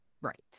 Right